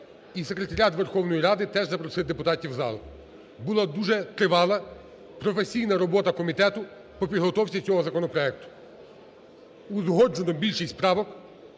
Секретаріат Верховної Ради теж запросити депутатів в зал. Була дуже тривала професійна робота комітету по підготовці цього законопроекту. Узгоджено більшість правок,